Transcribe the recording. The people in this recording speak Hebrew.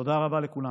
תודה רבה לכולם.